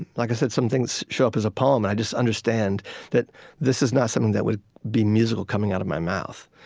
like i said, some things show up as a poem. and i just understand that this is not something that would be musical coming out of my mouth,